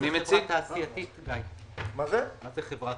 מה זה חברה